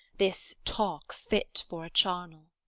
this talk fit for a charnel.